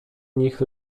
nich